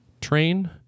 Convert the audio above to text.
train